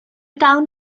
town